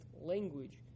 language